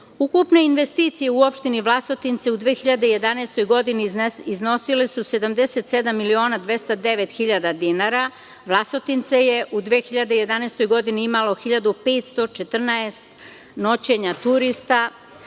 investicije u opštini Vlasotince u 2011. godini iznosile su 77.209.000 dinara. Vlasotince je u 2011. godini imalo 1.514 noćenja turista.